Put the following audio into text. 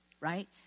right